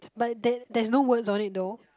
but there there's no words on it though